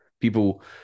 People